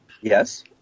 Yes